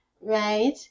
Right